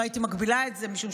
לא הייתי מגבילה את זה משום,